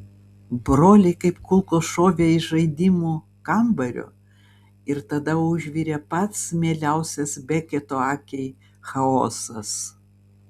broliai kaip kulkos šovė iš žaidimų kambario ir tada užvirė pats mieliausias beketo akiai chaosas